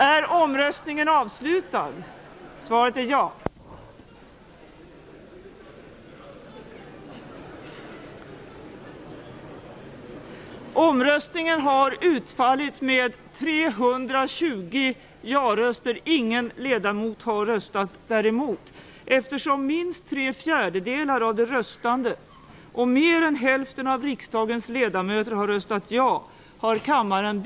Ärade kammarledamöter!